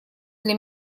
для